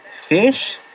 fish